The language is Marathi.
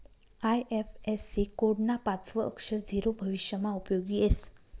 आय.एफ.एस.सी कोड ना पाचवं अक्षर झीरो भविष्यमा उपयोगी येस